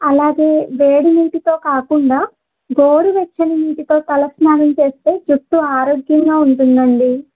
అలాగే వేడి నీటితో కాకుండా గోరువెచ్చడి నీటితో తల స్నానం చేస్తే జుట్టు ఆరోగ్యంగా ఉంటుంది అండి